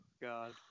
God